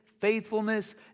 faithfulness